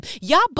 Y'all